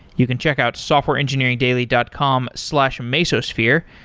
you can check out softwareengineeringdaily dot com slash mesosphere,